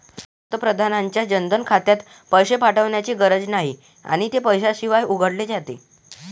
पंतप्रधानांच्या जनधन खात्यात पैसे ठेवण्याची गरज नाही आणि ते पैशाशिवाय उघडले जाते